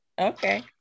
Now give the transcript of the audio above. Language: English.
okay